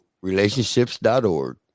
relationships.org